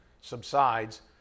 subsides